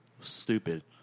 stupid